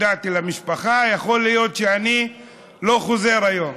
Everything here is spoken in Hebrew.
הודעתי למשפחה: יכול להיות שאני לא חוזר היום.